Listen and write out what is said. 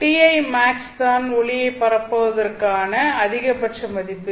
tlmax தான் ஒளியைப் பரப்புவதற்கான அதிகபட்ச மதிப்பு